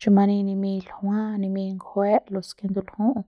chu mani nimiñ ljua nimiñ ngjue los ke ndulju'u.